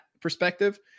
perspective